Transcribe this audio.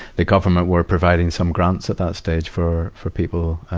the government were providing some grants at that stage for, for people, um,